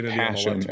passion